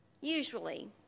usually